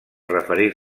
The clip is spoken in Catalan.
referir